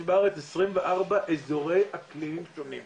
יש בארץ עשרים וארבעה איזורי אקלים שונים.